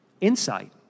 insight